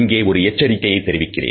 இங்கே ஒரு எச்சரிக்கையை தெரிவிக்கிறேன்